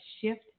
shift